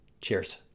Cheers